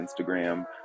instagram